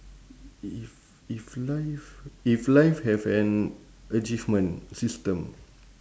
if if live if live have an achievement system